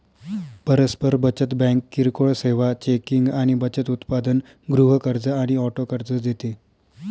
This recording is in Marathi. परस्पर बचत बँक किरकोळ सेवा, चेकिंग आणि बचत उत्पादन, गृह कर्ज आणि ऑटो कर्ज देते